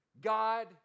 God